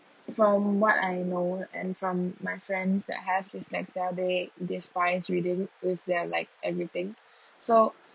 from what I know and from my friends that have dyslexia they despise reading with their like everything so